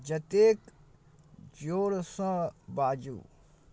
जतेक जोरसँ बाजू